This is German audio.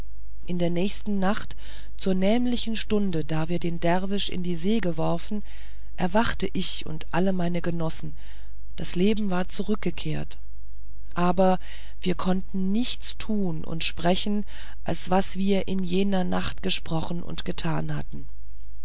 in der nächsten nacht zur nämlichen stunde da wir den derwisch in die see geworfen erwachte ich und alle meine genossen das leben war zurückgekehrt aber wir konnten nichts tun und sprechen als was wir in jener nacht gesprochen und getan hatten